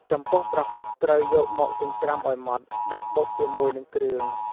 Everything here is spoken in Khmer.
ចំពោះប្រហុកត្រូវយកមកចិញ្ច្រាំឲ្យម៉ដ្ឋ ដាក់បុកជាមួយនឹងគ្រឿង។